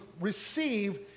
receive